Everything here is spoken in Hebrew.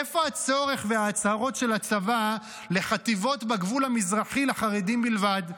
איפה הצורך וההצהרות של הצבא לחטיבות בגבול המזרחי לחרדים בלבד?